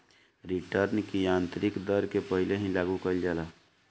return की आतंरिक दर के पहिले ही लागू कईल जाला